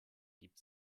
gibt